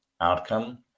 outcome